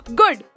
good